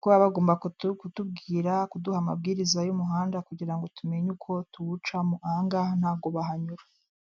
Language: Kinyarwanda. kuba bagomba kutubwira, kuduha amabwiriza y'umuhanda kugira ngo tumenye uko tuwucamo ahangaha ntabwo bahanyura.